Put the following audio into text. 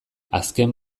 azken